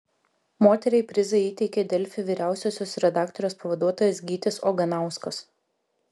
moteriai prizą įteikė delfi vyriausiosios redaktorės pavaduotojas gytis oganauskas